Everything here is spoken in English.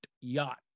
yacht